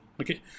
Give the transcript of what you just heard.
Okay